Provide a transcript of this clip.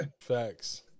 Facts